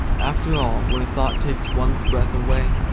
after all, when a thought takes one's breath away,